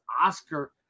oscar